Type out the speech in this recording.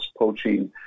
poaching